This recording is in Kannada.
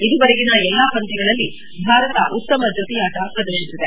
ಇದುವರೆಗಿನ ಎಲ್ಲಾ ಪಂದ್ಯಗಳಲ್ಲಿ ಭಾರತ ಉತ್ತಮ ಆಟ ಪ್ರದರ್ಶಿಸಿದೆ